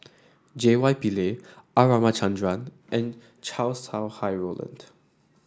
J Y Pillay R Ramachandran and Chow Sau Hai Roland